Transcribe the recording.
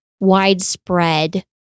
widespread